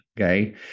Okay